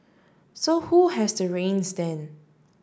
so who has the reins then